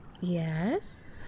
Yes